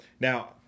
Now